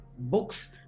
books